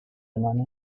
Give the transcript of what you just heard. hermana